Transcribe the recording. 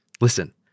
Listen